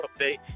update